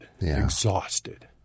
exhausted